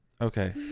okay